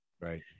Right